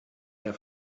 der